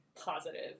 positive